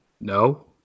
No